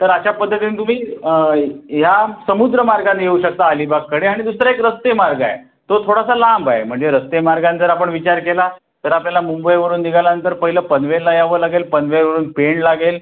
तर अशा पद्धतीने तुम्ही ह्या समुद्रमार्गाने येऊ शकता अलीबागकडे आणि दुसरा एक रस्ते मार्ग आहे तो थोडासा लांब आहे म्हणजे रस्ते मार्गाने जर आपण विचार केला तर आपल्याला मुंबईवरून निघाल्यानंतर पहिलं पनवेलला यावं लागेल पनवेलवरून पेण लागेल